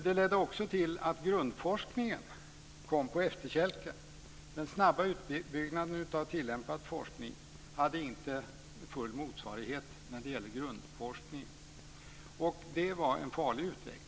Det ledde också till att grundforskningen kom på efterkälken. Den snabba utbyggnaden av tillämpad forskning hade inte full motsvarighet när det gäller grundforskningen. Det var en farlig utveckling.